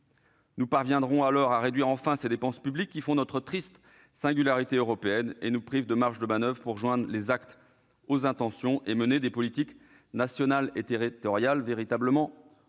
Nous parviendrons alors enfin à réduire ces dépenses publiques, qui font notre triste singularité européenne et nous privent de marges de manoeuvre pour passer des intentions aux actes et mener des politiques nationales et territoriales véritablement ambitieuses.